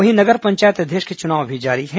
वहीं नगर पंचायत अध्यक्ष के चुनाव भी जारी है